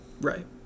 Right